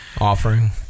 Offering